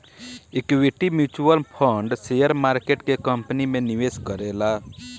equity mutual fund share market के company में निवेश करेला